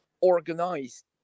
organized